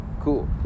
Cool